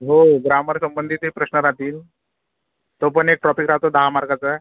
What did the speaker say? हो ग्रामर संबंधितही प्रश्न राहतील तो पण एक ट्रॉपिक आता दहा मार्काचा आहे